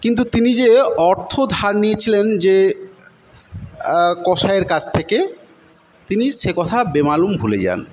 কিন্তু তিনি যে অর্থ ধার নিয়েছিলেন যে কসাইয়ের কাছ থেকে তিনি সে কথা বেমালুম ভুলে যান